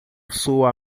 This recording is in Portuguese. sua